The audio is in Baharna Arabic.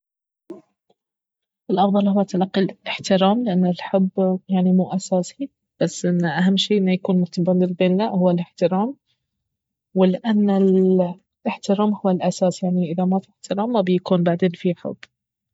الأفضل اهو تلقي الاحترام لان الحب يعني مو أساسي بس انه اهم شي انه يكون متبادل بينا اهو الاحترام ولأنه الاحترام هو الأساس يعني اذا ما في احترام ما بيكون بعدين في حب